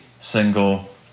single